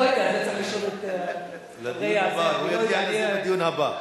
לא יודע, את זה צריך לשאול את, זה בדיון הבא.